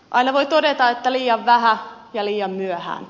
aina voi todeta että liian vähän ja liian myöhään